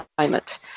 climate